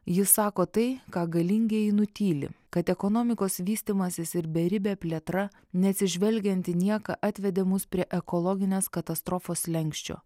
ji sako tai ką galingieji nutyli kad ekonomikos vystymasis ir beribė plėtra neatsižvelgiant į nieką atvedė mus prie ekologinės katastrofos slenksčio